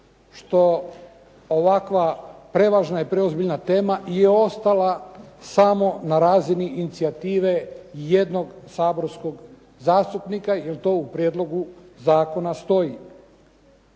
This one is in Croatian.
što ovakva prevažna i preozbiljna tema je ostala samo na razini inicijative jednog saborskog zastupnika, jer to u prijedlogu zakona stoji.